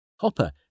Hopper